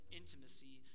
intimacy